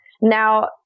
Now